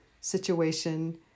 situation